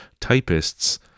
typists